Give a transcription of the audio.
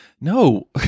No